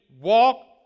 walk